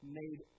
made